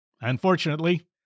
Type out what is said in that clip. Unfortunately